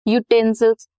utensils